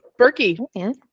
Berkey